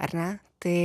ar ne tai